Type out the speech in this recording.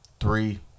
Three